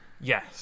yes